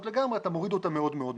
לגמרי אבל אתה מוריד אותן מאוד מאוד.